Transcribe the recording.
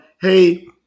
Hey